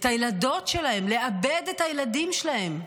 את הילדות שלהם, לאבד את הילדים שלהם,